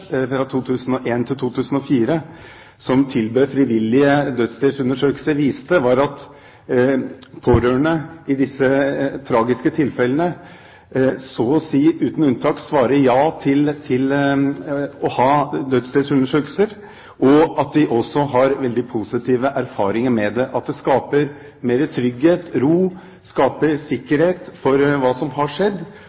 frivillige dødsstedsundersøkelser, viste, var at pårørende i disse tragiske tilfellene så å si uten unntak svarer ja til å ha dødsstedsundersøkelser, og at de også har veldig positive erfaringer med det, at det skaper mer trygghet, ro,